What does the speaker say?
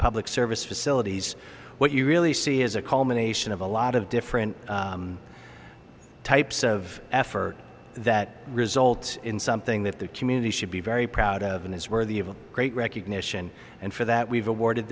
public service facilities what you really see is a culmination of a lot of different types of effort that result in something that the community should be very proud of and is worthy of a great recognition and for that we've awarded